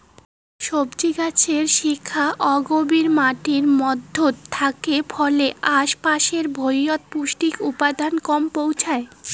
সবজি গছের শিপা অগভীর মাটির মইধ্যত থাকে ফলে আশ পাশের ভুঁইয়ত পৌষ্টিক উপাদান কম পৌঁছায়